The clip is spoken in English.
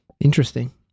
Interesting